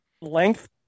length